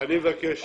אני מבקש שקט.